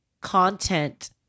content